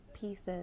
pieces